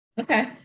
Okay